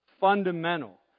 fundamental